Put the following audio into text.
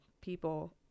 people